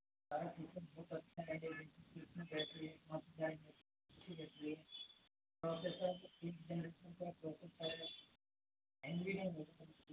यह